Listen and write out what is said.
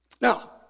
Now